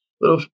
little